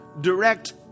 direct